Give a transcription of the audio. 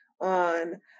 on